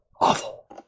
awful